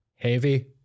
Heavy